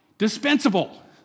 dispensable